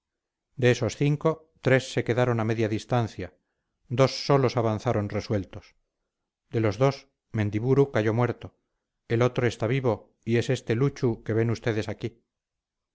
de esos cinco tres se quedaron a media distancia dos solos avanzaron resueltos de los dos mendiburu cayó muerto el otro está vivo y es este luchu que ven ustedes aquí